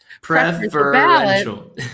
preferential